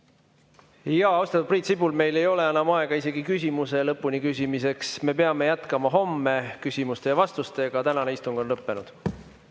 Austatud Priit Sibul, meil ei ole enam aega isegi küsimuse lõpuni küsimiseks, me peame jätkama küsimuste ja vastustega homme. Tänane istung on lõppenud.